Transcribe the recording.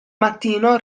mattino